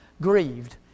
grieved